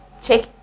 check